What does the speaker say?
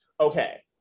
okay